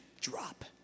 Drop